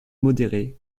modéré